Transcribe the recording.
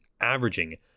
averaging